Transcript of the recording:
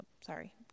sorry